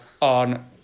on